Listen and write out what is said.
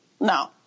No